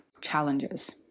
challenges